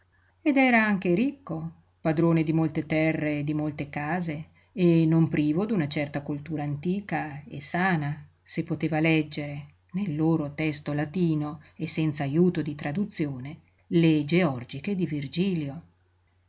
ed era anche ricco padrone di molte terre e di molte case e non privo d'una certa coltura antica e sana se poteva leggere nel loro testo latino e senz'ajuto di traduzione le georgiche di virgilio